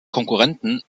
konkurrenten